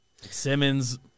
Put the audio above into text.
Simmons